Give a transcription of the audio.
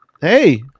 Hey